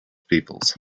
peoples